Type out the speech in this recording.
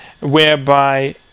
whereby